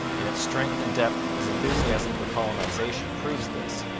in its strength and depth his enthusiasm for colonization proves this,